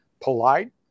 polite